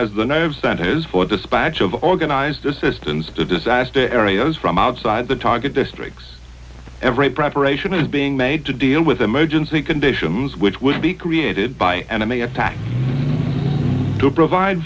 as the no centers for dispatch of organized assistance to disaster areas from outside the target districts every preparation is being made to deal with emergency conditions which would be created by enemy attack to provide